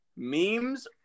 Memes